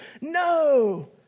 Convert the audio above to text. No